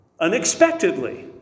unexpectedly